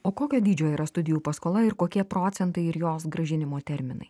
o kokio dydžio yra studijų paskola ir kokie procentai ir jos grąžinimo terminai